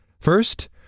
First